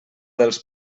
dels